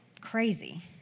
Crazy